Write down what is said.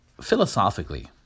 philosophically